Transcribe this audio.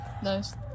Nice